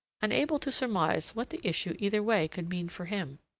unable to surmise what the issue either way could mean for him.